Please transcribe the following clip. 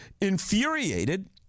Infuriated